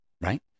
right